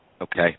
Okay